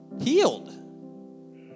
Healed